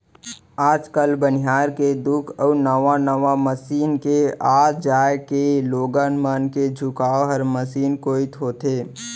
आज काल बनिहार के दुख अउ नावा नावा मसीन के आ जाए के लोगन मन के झुकाव हर मसीने कोइत होथे